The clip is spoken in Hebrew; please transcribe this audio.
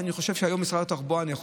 ואני חושב שהיום משרד התחבורה מודע לזה,